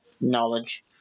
knowledge